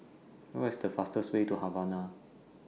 What IS The fastest Way to Havana